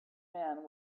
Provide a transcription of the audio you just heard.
man